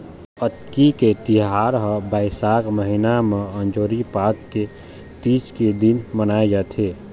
अक्ती के तिहार ह बइसाख महिना म अंजोरी पाख के तीज के दिन मनाए जाथे